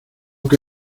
que